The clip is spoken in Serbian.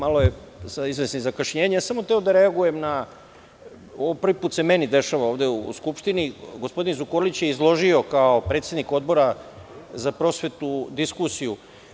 Malo, sa izvesnim zakašnjenjem, samo sam hteo da reagujem na, ovo se prvi put meni dešava u Skupštini, gospodin Zukorlić je izložio, kao predsednik Odbora za prosvetu, diskusiju.